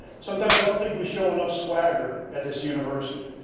sometimes i don't think we show enough swagger at this university.